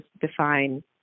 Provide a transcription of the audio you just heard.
define